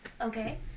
okay